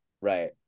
Right